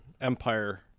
empire